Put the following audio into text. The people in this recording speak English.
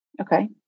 Okay